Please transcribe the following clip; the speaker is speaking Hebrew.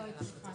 כנסת צריכים